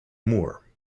moore